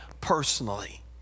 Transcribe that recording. personally